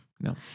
No